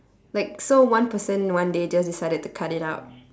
like so one person one day just decided to cut it up